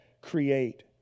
create